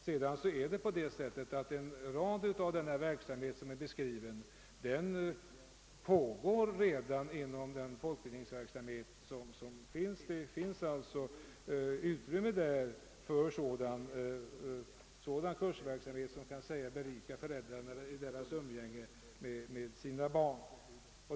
Vidare är det på det sättet, att sådan verksamhet som här är beskriven redan pågår inom den folkbildningsverksamhet som förekommer. Det finns alltså utrymme där för en kursverksamhet, som kan sägas berika föräldrarna i deras umgänge med sina barn.